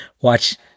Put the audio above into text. watch